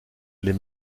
les